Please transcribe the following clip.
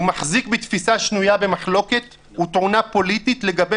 הוא מחזיק בתפיסה שנויה במחלוקת וטעונה פוליטית לגבי